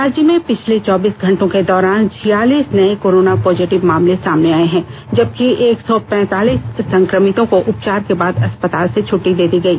राज्य में पिछले चौबीस घंटों के दौरान छियालीस नए कोरोना पॉजिटिव मामले सामने आए हैं जबकि एक सौ पैतालीस सं क्र मितों को उपचार के बाद अस्पतालों से छु ट्टी दे दी गई